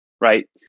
right